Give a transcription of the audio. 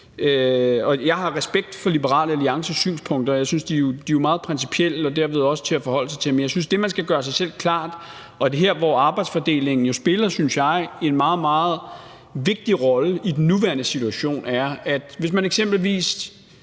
jeg har respekt for Liberal Alliances synspunkter. Jeg synes jo, at de er meget principielle og derved også til at forholde sig til, men der er noget, man skal gøre sig selv klart her, hvor arbejdsfordelingen, synes jeg, jo spiller en meget, meget vigtig rolle i den nuværende situation. Hvis man eksempelvis